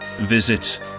Visit